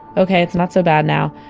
ok, it's not so bad now.